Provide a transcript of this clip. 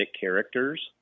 characters